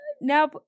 now